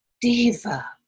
diva